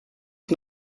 ich